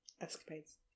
escapades